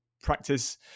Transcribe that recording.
practice